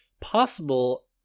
possible